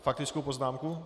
Faktickou poznámku?